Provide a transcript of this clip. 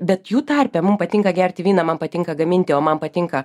bet jų tarpe mum patinka gerti vyną man patinka gaminti o man patinka